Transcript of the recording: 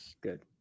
good